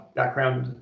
background